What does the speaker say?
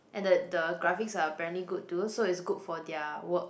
and that the graphics are apparently good too so it's good for their work